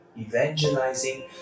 evangelizing